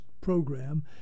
program